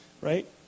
right